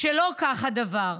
כשלא כך הדבר.